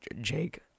Jake